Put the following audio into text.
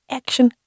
action